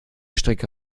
stricke